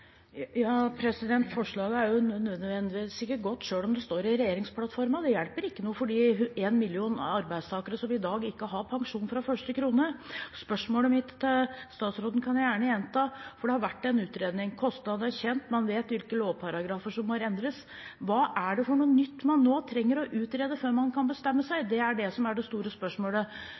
Forslaget er ikke nødvendigvis godt selv om det står i regjeringsplattformen. Det hjelper ikke noe for de én million arbeidstakerne som i dag ikke har pensjon fra første krone. Spørsmålet mitt til statsråden kan jeg gjerne gjenta, for det har vært en utredning, kostnaden er kjent, man vet hvilke lovparagrafer som må endres: Hva er det for noe nytt man nå trenger å utrede før man kan bestemme seg? Det er det som er det store spørsmålet.